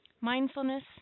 Mindfulness